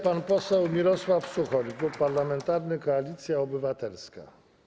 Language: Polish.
Pan poseł Mirosław Suchoń, Klub Parlamentarny Koalicja Obywatelska.